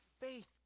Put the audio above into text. faith